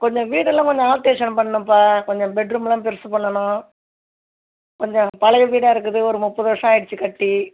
கொஞ்சம் வீடெல்லாம் கொஞ்சம் ஆல்ட்ரேஷன் பண்ணும்ப்பா கொஞ்சம் பெட்ரூமெல்லாம் பெருசு பண்ணணும் கொஞ்சம் பழைய வீடாக இருக்குது ஒரு முப்பது வருஷம் ஆயிடுச்சு கட்டி